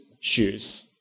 shoes